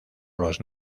los